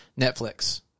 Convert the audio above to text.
Netflix